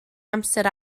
amser